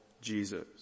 Jesus